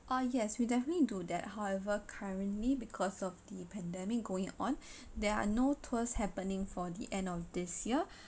uh yes we definitely do that however currently because of the pandemic going on there are no tours happening for the end of this year